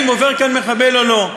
האם עובר כאן מחבל או לא.